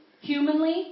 humanly